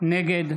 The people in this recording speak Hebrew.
נגד